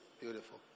Beautiful